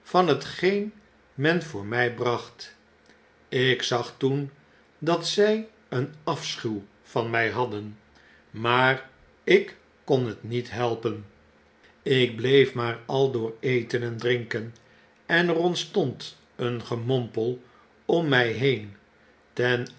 van hetgeen men voor my bracht ik zag toen dat zy een afschuw van my hadden maar ik kon het niet helpen ik bleef maar al door eten en drinken ener ontstond een gemompel om my heen ten